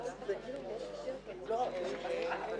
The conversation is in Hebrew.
ועקרונות שקיפותו לציבור על אף שיש לנו בעיות טכניות מאוד מרגיזות.